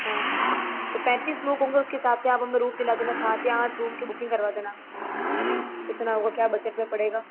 हाँ तो पैंतीस लोग होंगे उसके हिसाब से आप हमें रूम दिला देना सात या आठ रूम की बुकिंग करवा देना कितना होगा क्या बजट में पड़ेगा